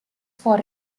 for